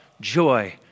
joy